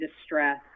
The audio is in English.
distress